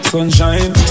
Sunshine